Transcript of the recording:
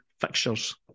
fixtures